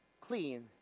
clean